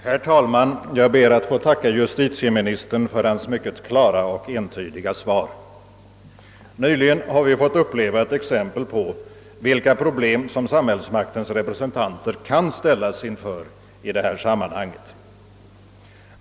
Herr talman! Jag ber att få tacka justitieministern för hans mycket klara och entydiga svar. Nyligen har vi fått uppleva ett exempel på vilka problem som samhällsmaktens representanter kan ställas inför i detta sammanhang.